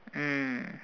mm